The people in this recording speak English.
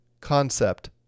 concept